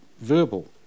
verbal